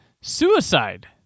suicide